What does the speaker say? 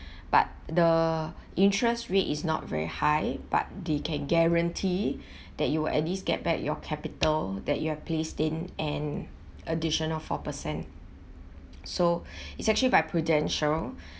but the interest rate is not very high but they can guarantee that you will at least get back your capital that you have placed in and additional four percent so it's actually by prudential